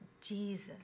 Jesus